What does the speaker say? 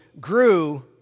grew